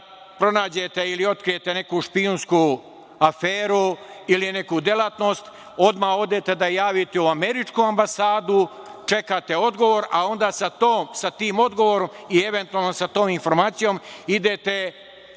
pronađete ili otkrijete neku špijunsku aferu ili neku delatnost, odmah odete da javite u američku ambasadu, čekate odgovor, a onda sa tim odgovorom i eventualno sa tom informacijom idete u institut